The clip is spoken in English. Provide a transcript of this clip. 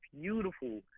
beautiful